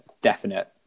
definite